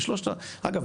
אגב,